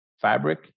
fabric